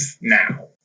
now